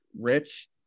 rich